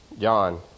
John